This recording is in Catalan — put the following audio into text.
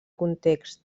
context